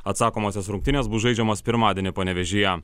atsakomosios rungtynės bus žaidžiamos pirmadienį panevėžyje